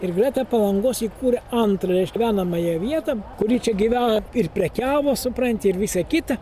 ir greta palangos įkūrė antrąją iš venamąją vietą kuri čia gyveno ir prekiavo supranti ir visa kita